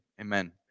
Amen